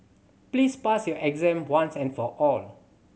please pass your exam once and for all